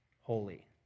holy